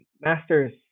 master's